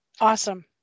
Awesome